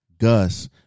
Gus